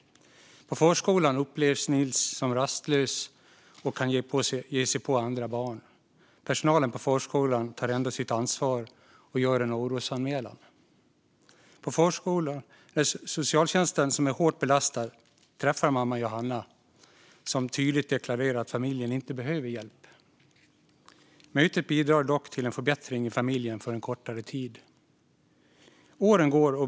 På förskolan upplevs Nils som rastlös, och han ger sig på andra barn. Personalen på förskolan tar ändå sitt ansvar och gör en orosanmälan. Socialtjänsten, som är hårt belastad, träffar mamma Johanna som tydligt deklarerar att familjen inte behöver hjälp. Mötet bidrar dock till en förbättring i familjen för en kortare tid. Åren går.